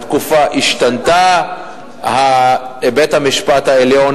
התקופה השתנתה, בית-המשפט העליון